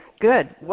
good